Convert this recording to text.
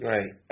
Right